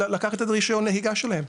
לקחת את הרישיון נהיגה שלהם,